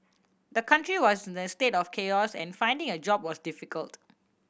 the country was in a state of chaos and finding a job was difficult